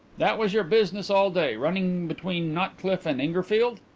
that was your business all day running between notcliff and ingerfield?